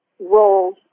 roles